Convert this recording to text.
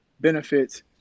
benefits